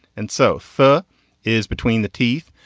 and so fur is between the teeth.